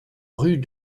rue